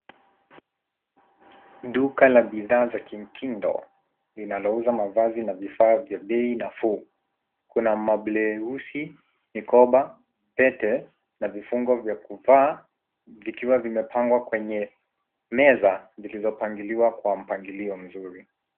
Duka la bidhaa za kimtindo linalouza mavazi na vifaa vya bei nafuu. Kuna mablauzi, mikoba, pete na vifungo vya kuvaa vikiwa vimepangwa kwenye meza zilizopangiliwa kwa mpangilio mzuri.